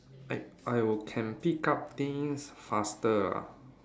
like I will can pick up things faster ah